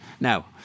Now